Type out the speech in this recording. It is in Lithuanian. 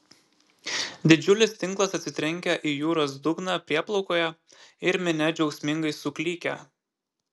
didžiulis tinklas atsitrenkia į jūros dugną prieplaukoje ir minia džiaugsmingai suklykia